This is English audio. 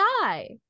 die